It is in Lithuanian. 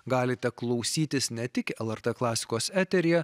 galite klausytis ne tik lrt klasikos eteryje